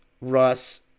Russ